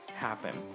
happen